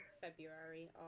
February